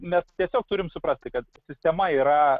mes tiesiog turim suprasti kad sistema yra